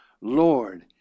Lord